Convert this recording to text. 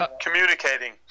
Communicating